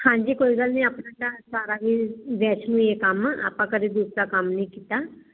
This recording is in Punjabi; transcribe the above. ਹਾਂਜੀ ਕੋਈ ਗੱਲ ਨਹੀਂ ਆਪਣਆ ਸਾਰਾ ਹੀ ਵੈਸ਼ਨੂੰ ਈ ਆ ਕੰਮ ਆਪਾਂ ਕਦੇ ਦੂਸਰਾ ਕੰਮ ਨਹੀਂ ਕੀਤਾ